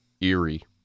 eerie